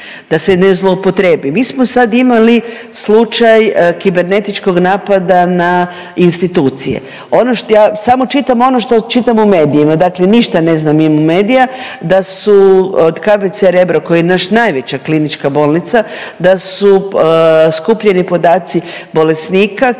da se ne zloupotrijebi. Mi smo sad imali slučaj kibernetičkog napada na institucije. Ono što ja, samo čitam ono što čitamo u medijima. Dakle, ništa ne znam mimo medija da su od KBC Rebro koji je naša najveća klinička bolnica, da su skupljeni podaci bolesnika